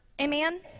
Amen